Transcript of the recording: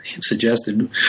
suggested